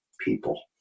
people